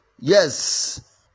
yes